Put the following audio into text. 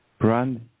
brand